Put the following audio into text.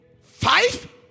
Five